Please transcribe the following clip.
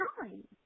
time